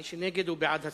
מי שנגד, הוא בעד הסרה.